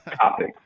topic